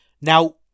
Now